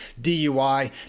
DUI